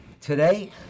Today